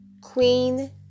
queen